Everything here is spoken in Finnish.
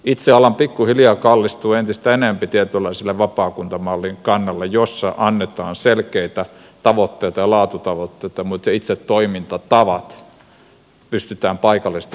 itse alan pikkuhiljaa kallistua entistä enempi tietynlaisen vapaakuntamallin kannalle jossa annetaan selkeitä tavoitteita ja laatutavoitteita mutta itse toimintatavat pystytään paikallisesti parhaiten määrittämään